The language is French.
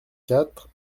quatre